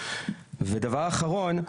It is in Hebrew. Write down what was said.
דבר אחרון,